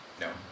No